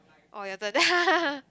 orh your turn